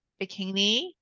bikini